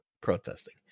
protesting